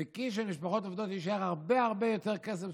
"בכיס של משפחות עובדות יישאר הרבה הרבה יותר כסף,